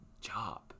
job